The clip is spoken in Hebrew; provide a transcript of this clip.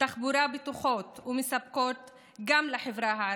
תחבורה בטוחות ומספקות גם לחברה הערבית,